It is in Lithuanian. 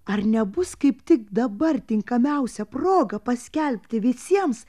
ar nebus kaip tik dabar tinkamiausia proga paskelbti visiems